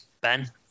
Ben